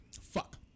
Fuck